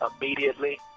immediately